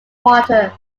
water